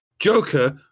Joker